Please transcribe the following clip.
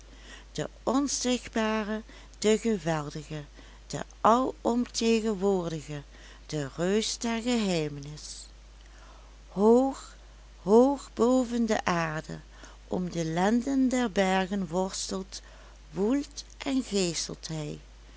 de onzichtbare de geweldige de alomtegenwoordige de reus der geheimenis hoog hoog boven de aarde om de lenden der bergen worstelt woelt en geeselt hij